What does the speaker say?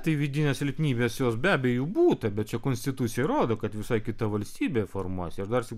tai vidinės silpnybės jos be abejo jų būta bet čia konstitucija rodo kad visai kita valstybė formuojasi aš darsyk